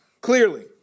clearly